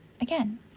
Again